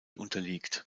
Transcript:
unterliegt